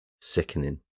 Sickening